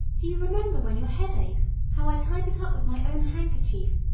do you remember when your head ached how i tied it up with my own handkerchief,